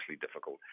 difficult